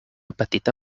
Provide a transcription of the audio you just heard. petita